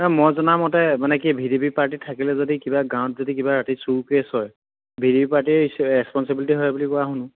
মই জনাৰ মতে মানে কি ভি ডি পি পাৰ্টী থাকিলে যদি কিবা গাঁৱত যদি কিবা ৰাতি চুৰ কেছ হয় V D P party responsibility হয় বুলি কোৱা শুনো